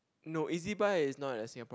no E_Z-buy is not a Singapore